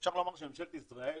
אפשר לומר שממשלת ישראל